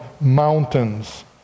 mountains